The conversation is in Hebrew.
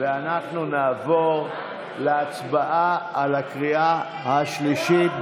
אנחנו נעבור להצבעה בקריאה השלישית.